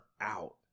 out